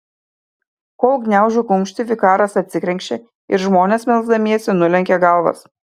kol gniaužiu kumštį vikaras atsikrenkščia ir žmonės melsdamiesi nulenkia galvas